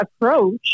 approach